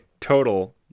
total